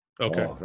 Okay